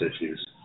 issues